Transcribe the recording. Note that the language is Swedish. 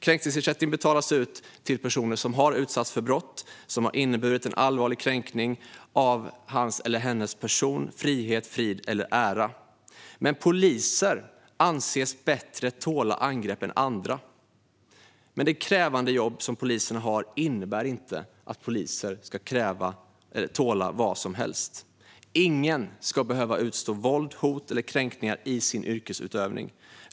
Kränkningsersättning betalas ut till personer som har utsatts för brott som har inneburit en allvarlig kränkning av hans eller hennes person, frihet, frid eller ära. Poliser anses tåla angrepp bättre än andra. Men det krävande jobb som poliserna har innebär inte att poliser ska tåla vad som helst. Ingen ska behöva utstå våld, hot eller kränkningar i sin yrkesutövning.